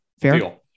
Fair